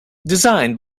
designed